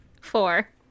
Four